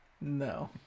No